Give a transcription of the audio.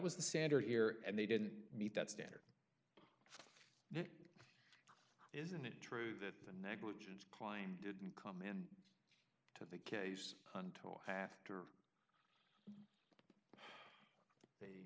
was the standard here and they didn't meet that standard isn't it true that the negligence crime didn't come in to the case on top after